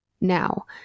now